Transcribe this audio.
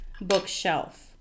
Bookshelf